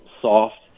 soft